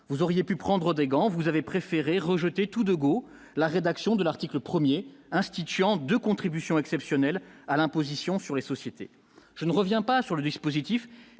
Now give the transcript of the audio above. vous auriez pu prendre des gants, vous avez préféré rejeter tout de Go la rédaction de l'article 1er instituant 2 contributions exceptionnelles à l'imposition sur les sociétés, je ne reviens pas sur le dispositif,